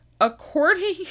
According